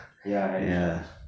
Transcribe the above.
ya harry styles